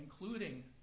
including